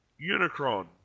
Unicron